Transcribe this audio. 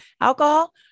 Alcohol